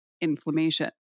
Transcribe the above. inflammation